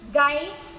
guys